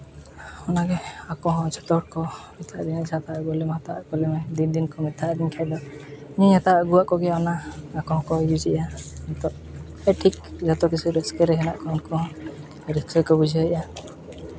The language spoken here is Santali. ᱚᱱᱟᱜᱮ ᱟᱠᱚ ᱦᱚᱸ ᱡᱚᱛᱚ ᱦᱚᱲ ᱠᱚ ᱢᱮᱛᱟ ᱫᱤᱧᱟᱹ ᱦᱟᱛᱟᱣ ᱟᱹᱜᱩ ᱟᱞᱮ ᱢᱮ ᱦᱟᱛᱟᱣ ᱟᱹᱜᱩ ᱟᱞᱮ ᱢᱮ ᱫᱤᱱ ᱫᱤᱱ ᱠᱚ ᱢᱮᱛᱟ ᱟᱹᱫᱤᱧ ᱠᱷᱟᱱ ᱫᱚ ᱤᱧ ᱦᱚᱧ ᱦᱟᱛᱟᱣ ᱟᱹᱜᱩᱣᱟᱜ ᱠᱚᱜᱮᱭᱟ ᱚᱱᱟ ᱟᱠᱚ ᱦᱚᱸᱠᱚ ᱤᱭᱩᱡᱮᱜᱼᱟ ᱱᱤᱛᱚᱜ ᱴᱷᱤᱠ ᱡᱚᱛᱚ ᱠᱤᱪᱷᱩ ᱨᱟᱹᱥᱠᱟᱹ ᱨᱮ ᱢᱮᱱᱟᱜ ᱠᱚᱣᱟ ᱩᱱᱠᱩ ᱦᱚᱸ ᱟᱹᱰᱤ ᱪᱚᱨᱚᱠ ᱠᱚ ᱵᱩᱡᱷᱟᱹᱣ ᱮᱜᱼᱟ